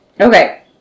Okay